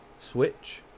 switch